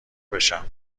بشم